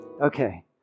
Okay